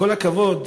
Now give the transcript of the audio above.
בכל הכבוד,